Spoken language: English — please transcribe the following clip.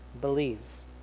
believes